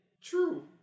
True